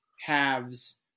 halves